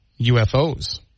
UFOs